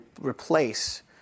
replace